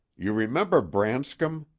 you remember branscom?